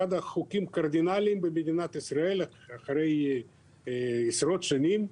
אחד החוקים הקרדינאליים במדינת ישראל אחרי עשרות שנים,